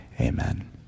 amen